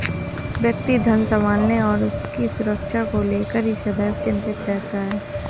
व्यक्ति धन संभालने और उसकी सुरक्षा को लेकर ही सदैव चिंतित रहता है